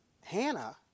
Hannah